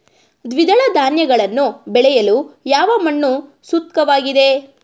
ದ್ವಿದಳ ಧಾನ್ಯಗಳನ್ನು ಬೆಳೆಯಲು ಯಾವ ಮಣ್ಣು ಸೂಕ್ತವಾಗಿದೆ?